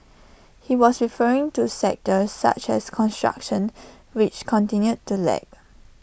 he was referring to sectors such as construction which continued to lag